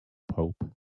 pope